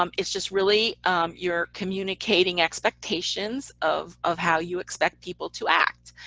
um it's just really you're communicating expectations of of how you expect people to act.